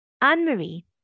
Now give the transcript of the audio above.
Anne-Marie